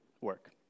work